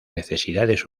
necesidades